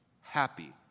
happy